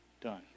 done